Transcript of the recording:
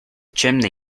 chimney